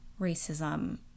racism